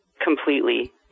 completely